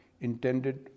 intended